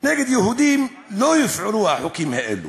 נגד יהודים לא יופעלו החוקים האלה,